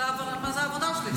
זו העבודה שלי.